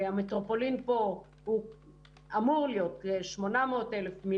המטרופולין פה אמור להיות 800 אלף,